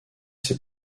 ses